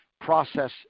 process